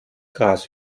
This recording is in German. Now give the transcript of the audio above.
gras